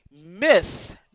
Miss